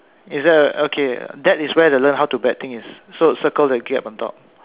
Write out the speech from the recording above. is that uh okay that is where the learn how to bet thing is so circle the gap on top